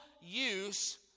use